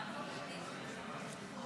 לרשותך